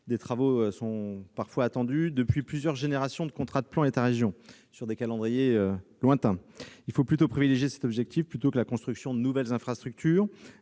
Des travaux sont parfois attendus depuis plusieurs générations de contrats de plan État-région, selon des calendriers lointains. Il faut privilégier cet objectif plutôt que la construction de nouvelles infrastructures.